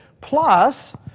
Plus